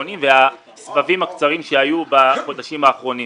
העפיפונים והסבבים הקצרים שהיו בחודשים האחרונים.